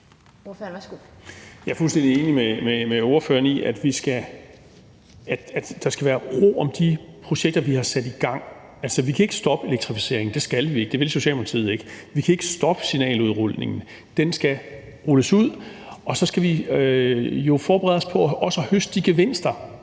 Jeg er fuldstændig enig med ordføreren i, at der skal være ro om de projekter, vi har sat i gang. Altså, vi kan ikke stoppe elektrificeringen, det skal vi ikke, det vil Socialdemokratiet ikke; vi kan ikke stoppe signaludrulningen, den skal rulles ud. Og så skal vi jo forberede os på også at høste de gevinster,